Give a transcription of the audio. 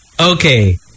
okay